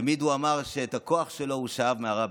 תמיד הוא אמר שאת הכוח שלו הוא שאב מהרבי.